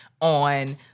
on